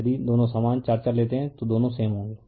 यदि दोनों समान 4 4 लेते हैं तो दोनों सेम होंगे